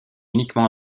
uniquement